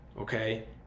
Okay